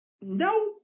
no